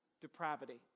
depravity